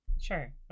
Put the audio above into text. Sure